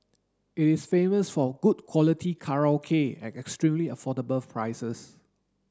it is famous for good quality karaoke at extremely affordable prices